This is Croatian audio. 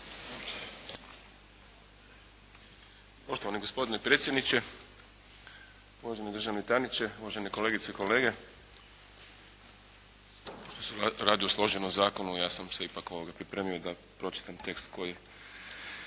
Poštovani gospodine predsjedniče, uvaženi državni tajniče, uvažene kolegice i kolege. Pošto se radi o složenom zakonu ja sam se ipak ovdje pripremio da pročitam tekst koji